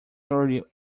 earlier